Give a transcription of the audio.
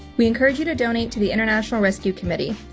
we encourage you to donate to the international rescue committee,